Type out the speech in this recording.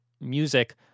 music